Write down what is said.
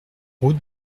route